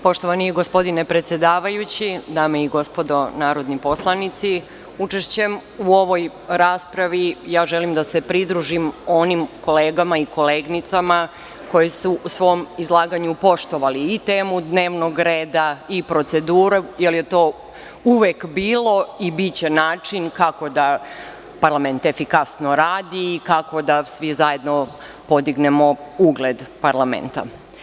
Poštovani gospodine predsedavajući, dame i gospodo narodni poslanici, učešćem u ovoj raspravi želim da se pridružim onim kolegama i koleginicama koji su u svom izlaganju poštovali i temu dnevnog reda i proceduru, jer je to uvek bio i biće način kako da parlament efikasno radi i kako da svi zajedno podignemo ugled parlamenta.